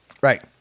Right